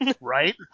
Right